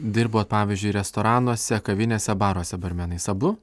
dirbot pavyzdžiui restoranuose kavinėse baruose barmenais abu